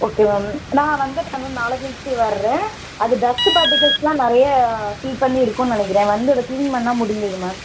ஓகேவா மேம் நான் வந்துடறேன் மேம் நாளை கழிச்சு வர்றேன் அது டஸ்ட்டு பார்ட்டிகல்ஸெலாம் நிறைய ஃபில் பண்ணி இருக்கும்னு நினைக்கிறேன் வந்து அதை க்ளீன் பண்ணிணா முடிஞ்சுது மேம்